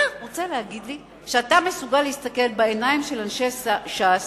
אתה רוצה להגיד לי שאתה מסוגל להסתכל בעיניים של אנשי ש"ס,